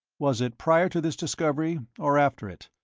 was it prior to this discovery, or after it,